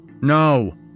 No